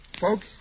Folks